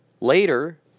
later